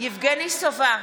יבגני סובה,